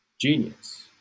genius